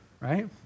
right